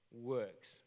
works